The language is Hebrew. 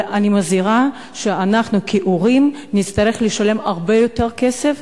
אבל אני מזהירה שאנחנו כהורים נצטרך לשלם הרבה יותר כסף,